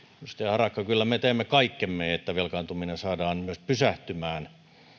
edustaja harakka kyllä me teemme kaikkemme että velkaantuminen saadaan myös pysähtymään